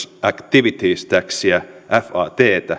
activities taxia fattä